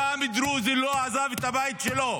דרוזי מעולם לא עזב את הבית שלו.